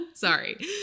Sorry